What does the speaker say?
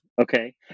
okay